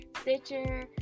stitcher